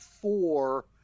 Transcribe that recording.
four